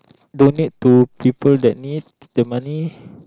donate to people that needs the money